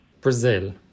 Brazil